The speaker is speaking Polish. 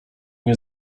nie